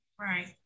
Right